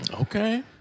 Okay